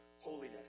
holiness